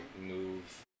move